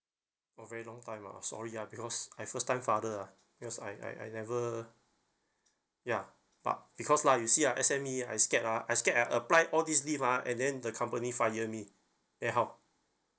a very long time ah sorry ah because I first time father ah because I I I never ya but because lah you see ah S_M_E I scared ah I scared I applied all these leave ah and then the company fired me then how